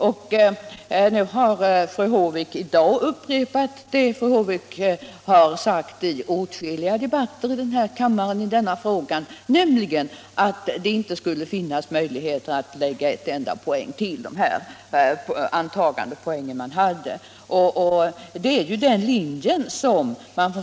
Fru Håvik har i dag upprepat vad hon sagt beträffande denna fråga i åtskilliga debatter i denna kammare, nämligen att det inte skulle finnas möjligheter att lägga en enda poäng till antagandepoängen.